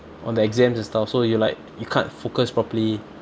on the exams and stuff so you like you can't focus properly